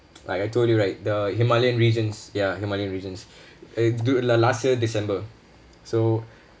like I told you right the himalayan regions ya himalayan regions I do la~ last year december so